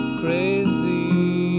crazy